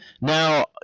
Now